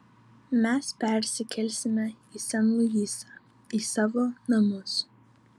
mes persikelsime į sen luisą į savo namus